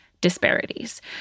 disparities